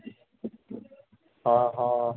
ହଁ ହଁ